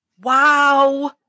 Wow